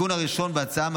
התיקון הראשון בהצעה,